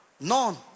None